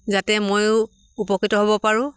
যাতে ময়ো উপকৃত হ'ব পাৰোঁ